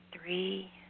three